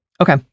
Okay